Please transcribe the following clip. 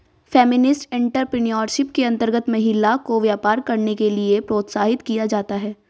feminist entrepreneurship के अंतर्गत महिला को व्यापार करने के लिए प्रोत्साहित किया जाता है